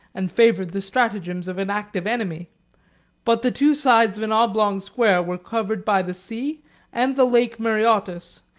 and favored the stratagems of an active enemy but the two sides of an oblong square were covered by the sea and the lake maraeotis,